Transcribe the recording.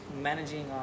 managing